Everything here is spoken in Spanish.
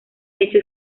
hecho